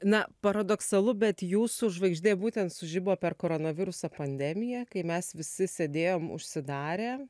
na paradoksalu bet jūsų žvaigždė būtent sužibo per koronaviruso pandemiją kai mes visi sėdėjom užsidarę